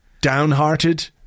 downhearted